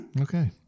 Okay